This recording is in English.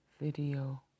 video